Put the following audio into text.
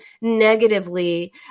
negatively